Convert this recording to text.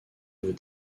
veut